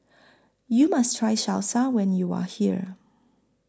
YOU must Try Salsa when YOU Are here